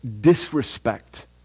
disrespect